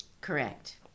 Correct